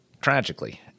tragically